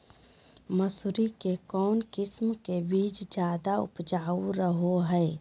मसूरी के कौन किस्म के बीच ज्यादा उपजाऊ रहो हय?